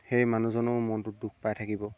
সেই মানুহজনৰ মনটোত দুখ পাই থাকিব